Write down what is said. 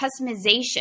customization